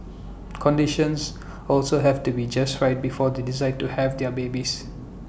conditions also have to be just right before they decide to have their babies